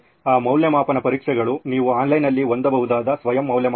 ಆ ಮೌಲ್ಯಮಾಪನ ಪರೀಕ್ಷೆಗಳು ನೀವು ಆನ್ಲೈನ್ನಲ್ಲಿ ಹೊಂದಬಹುದಾದ ಸ್ವಯಂ ಮೌಲ್ಯಮಾಪನ